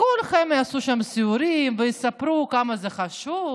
כולכם תעשו שם סיורים ותספרו כמה זה חשוב,